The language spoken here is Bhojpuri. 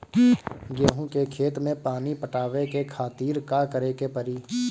गेहूँ के खेत मे पानी पटावे के खातीर का करे के परी?